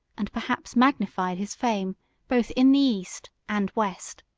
and perhaps magnified, his fame both in the east and west.